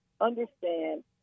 understand